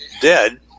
dead